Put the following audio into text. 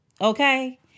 okay